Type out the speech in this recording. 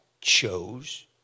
chose